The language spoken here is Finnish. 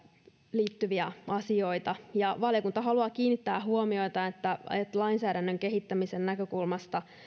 liittyviä asioita ja valiokunta haluaa kiinnittää huomiota lainsäädännön kehittämisen näkökulmasta